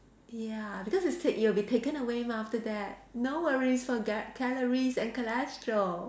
ya because it said it'll be taken away mah after that no worries for ga~ calories and cholesterol